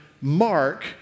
Mark